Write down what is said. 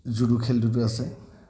judo খেলটোতো আছে